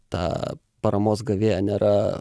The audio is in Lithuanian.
tą paramos gavėją nėra